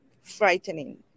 frightening